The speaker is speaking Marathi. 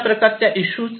अशा प्रकारच्या इशू असतील